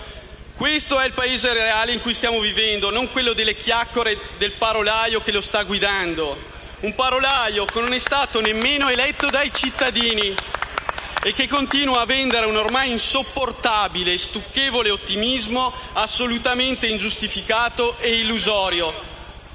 Questo è il Paese reale in cui stiamo vivendo e non quello delle chiacchiere del parolaio che lo sta guidando. *(Applausi dal Gruppo LN-Aut)*. Un parolaio che non è stato nemmeno eletto dai cittadini e che continua a vendere un ormai insopportabile e stucchevole ottimismo assolutamente ingiustificato e illusorio.